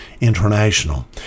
International